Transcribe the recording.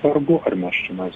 vargu ar mes čionais